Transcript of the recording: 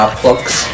plugs